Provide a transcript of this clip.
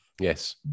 Yes